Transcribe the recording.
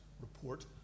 report